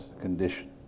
condition